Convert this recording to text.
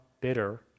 bitter